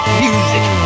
music